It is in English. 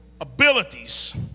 abilities